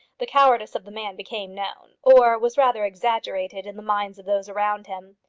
the cowardice of the man became known or was rather exaggerated in the minds of those around him.